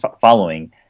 following